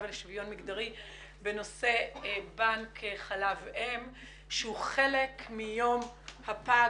ולשוויון מגדרי בנושא בנק חלב אם שהוא חלק מיום הפג